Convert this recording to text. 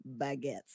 baguettes